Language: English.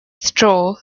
straw